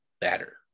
better